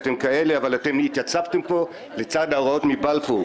התייצבתם פה לצד ההוראות מבלפור.